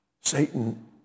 Satan